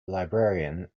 librarian